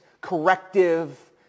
corrective